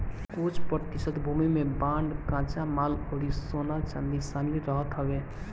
कुछ प्रतिभूति में बांड कच्चा माल अउरी सोना चांदी शामिल रहत हवे